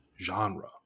Genre